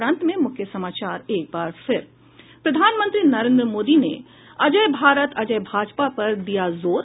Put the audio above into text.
और अब अंत में मुख्य समाचार प्रधानमंत्री नरेन्द्र मोदी ने अजेय भारत अजेय भाजपा पर दिया जोर